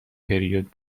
پریود